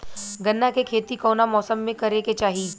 गन्ना के खेती कौना मौसम में करेके चाही?